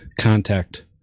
contact